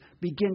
begin